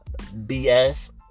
BS